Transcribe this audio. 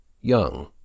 Young